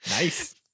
Nice